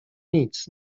nic